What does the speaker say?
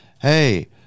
Hey